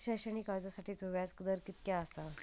शैक्षणिक कर्जासाठीचो व्याज दर कितक्या आसा?